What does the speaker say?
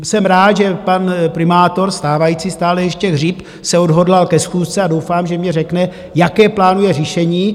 Jsem rád, že pan primátor stávající stále ještě Hřib se odhodlal ke schůzce, a doufám, že mně řekne, jaké plánuje řešení.